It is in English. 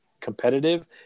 competitive